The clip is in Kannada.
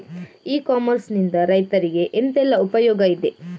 ಇ ಕಾಮರ್ಸ್ ನಿಂದ ರೈತರಿಗೆ ಎಂತೆಲ್ಲ ಉಪಯೋಗ ಇದೆ?